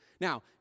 Now